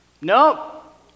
nope